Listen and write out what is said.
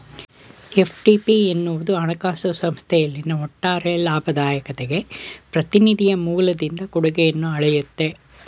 FTP ಎನ್ನುವುದು ಹಣಕಾಸು ಸಂಸ್ಥೆಯಲ್ಲಿನ ಒಟ್ಟಾರೆ ಲಾಭದಾಯಕತೆಗೆ ಪ್ರತಿನಿಧಿಯ ಮೂಲದಿಂದ ಕೊಡುಗೆಯನ್ನ ಅಳೆಯುತ್ತೆ